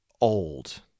old